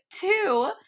two